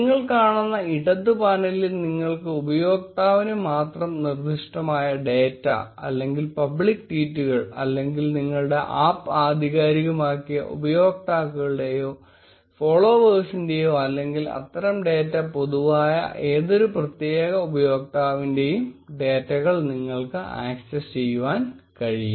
നിങ്ങൾ കാണുന്ന ഇടത് പാനലിൽ നിങ്ങൾക്ക് ഉപയോക്താവിന് മാത്രം നിർദി ഷ്ടമായ ഡേറ്റ അല്ലെങ്കിൽ പബ്ലിക് ട്വീറ്റുകൾ അല്ലെങ്കിൽ നിങ്ങളുടെ ആപ്പ് ആധികാരികമാക്കിയ ഉപയോക്താക്കളുടെയോ ഫോളോവേഴ്സിന്റെയോ അല്ലെങ്കിൽ അത്തരം ഡേറ്റ പൊതുവായ ഏതൊരു പ്രത്യേക ഉപയോക്താ വിന്റെയും ഡേറ്റകൾ നിങ്ങൾക്ക് അക്സസ്സ് ചെയ്യുവാൻ കഴിയും